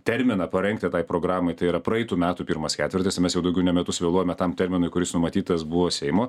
terminą parengti tai programai tai yra praeitų metų pirmas ketvirtis mes jau daugiau nei metus vėluojame tam terminui kuris numatytas buvo seimo